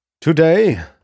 Today